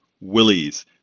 Willie's